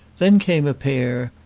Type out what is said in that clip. then came a pair,